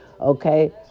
okay